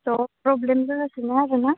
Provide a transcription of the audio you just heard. अ problem जागासिनो दं आरोना